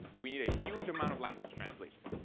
we need a huge amount of language translation.